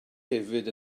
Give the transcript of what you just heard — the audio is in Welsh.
hefyd